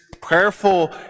prayerful